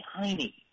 tiny